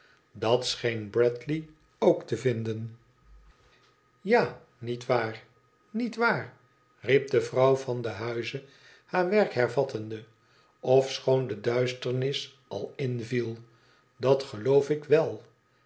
dat scheen bradley ook te vinden ja niet waar niet waar riep de vrouw van den huize haar werk hervattende ofschoon de duisternis al inviel idat geloof ik wèl